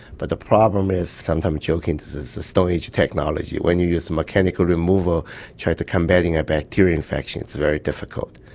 but the problem is sometimes joking it is a stone age technology. when you use mechanical removal trying to combat a bacterial infection it's very difficult.